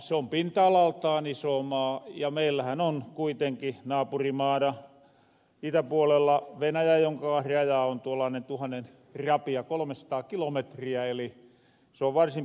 se on pinta alaltaan iso maa ja meillähän on kuitenki naapurimaana itäpuolella venäjä jonka raja on tuollaanen rapia tuhannen kolomesataa kilometriä eli se on varsin pitkä matka